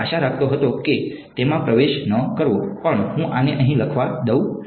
હું આશા રાખતો હતો કે તેમાં પ્રવેશ ન કરવો પણ હું આને અહીં લખવા દઉં